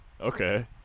Okay